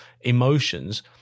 emotions